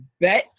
bet